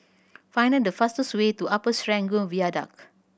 find the fastest way to Upper Serangoon Viaduct